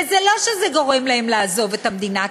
וזה לא שזה גורם להם לעזוב את המדינה,